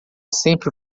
sempre